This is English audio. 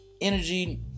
energy